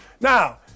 Now